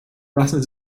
lassen